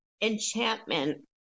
enchantment